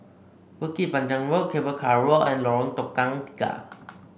Bukit Panjang Road Cable Car Road and Lorong Tukang Tiga